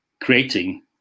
creating